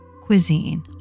cuisine